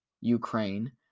Ukraine